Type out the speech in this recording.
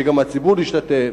שגם הציבור ישתתף,